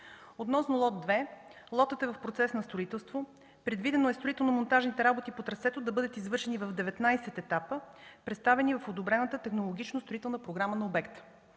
Относно лот 2. Лотът е в процес на строителство. Предвидено е строително-монтажните работи по трасето да бъдат извършени в 19 етапа, представени в одобрената технологично-строителна програма на обекта.